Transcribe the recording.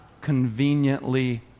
conveniently